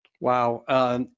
Wow